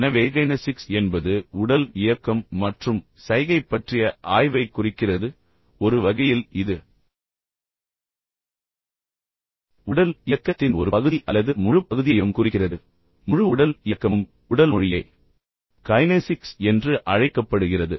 எனவேகைனெஸிக்ஸ் என்பது உடல் இயக்கம் மற்றும் சைகை பற்றிய ஆய்வைக் குறிக்கிறது ஒரு வகையில் இது உடல் இயக்கத்தின் ஒரு பகுதி அல்லது முழு பகுதியையும் குறிக்கிறது முழு உடல் இயக்கமும் உடல் மொழியே கைனெஸிக்ஸ் என்று அழைக்கப்படுகிறது